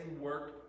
work